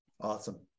Awesome